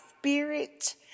spirit